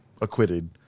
acquitted